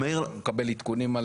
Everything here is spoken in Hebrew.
אתה מקבל עדכונים.